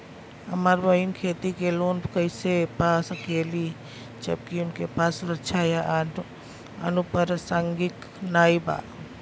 हमार बहिन खेती के लोन कईसे पा सकेली जबकि उनके पास सुरक्षा या अनुपरसांगिक नाई बा?